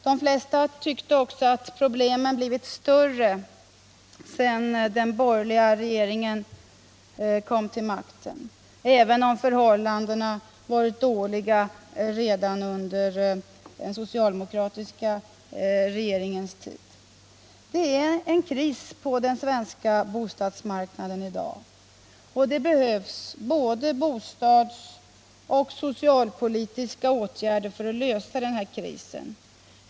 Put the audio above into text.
De flesta tyckte också att problemen blivit större sedan den borgerliga regeringen kom till makten, även om förhållandena varit dåliga redan under den socialdemokratiska regeringens tid. Det är kris på den svenska bostadsmarknaden i dag, och det behövs både bostadsoch socialpolitiska åtgärder för att lösa den krisen.